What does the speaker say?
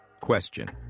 Question